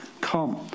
come